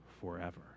forever